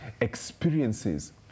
experiences